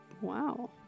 Wow